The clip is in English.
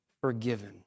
forgiven